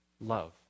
love